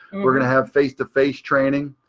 we're going to have face to face training.